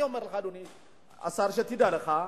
אני אומר לך, אדוני השר, שתדע לך: